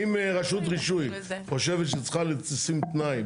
אם רשות רישוי חושבת שהיא צריכה לשים תנאי,